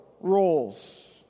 roles